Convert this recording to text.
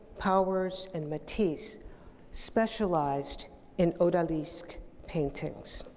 powers, and matisse specialized in odalisque paintings.